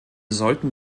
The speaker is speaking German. sollten